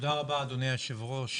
תודה רבה אדוני היושב-ראש,